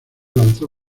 lanzó